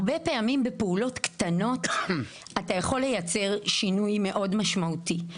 הרבה פעמים בפעולות קטנות אתה יכול לייצר שינוי מאוד משמעותי.